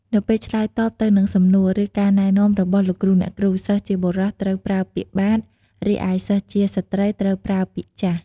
នៅពេលឆ្លើយតបទៅនឹងសំណួរ ឬការណែនាំរបស់លោកគ្រូអ្នកគ្រូ សិស្សជាបុរសត្រូវប្រើពាក្យ "បាទ" រីឯសិស្សជាស្ត្រីត្រូវប្រើពាក្យ "ចាស"។